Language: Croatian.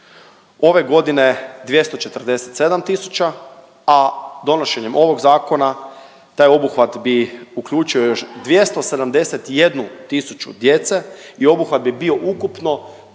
Ove godine 247 000, a donošenjem ovog zakona taj obuhvat bi uključio još 271000 djece i obuhvat bi bio ukupno